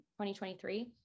2023